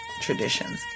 traditions